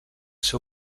seu